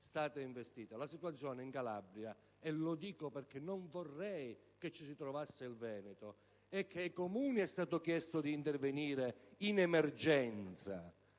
La situazione in Calabria, e lo dico perché non vorrei che vi si trovasse il Veneto, è la seguente: ai Comuni è stato chiesto d'intervenire in emergenza;